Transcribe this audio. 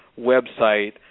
website